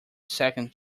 second